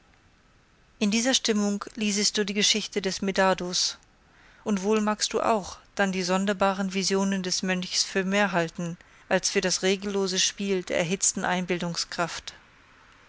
in dieser stimmung liesest du die geschichte des medardus und wohl magst du auch dann die sonderbaren visionen des mönchs für mehr halten als für das regellose spiel der erhitzten